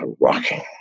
rocking